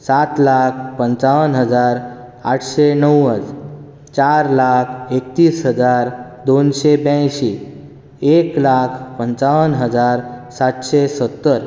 सात लाख पंचावन हजार आठशें णव्वद चार लाख एकतीस हजार दोनशें ब्यायंशीं एक लाख पंचावन हजार सातशें सत्तर